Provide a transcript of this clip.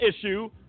issue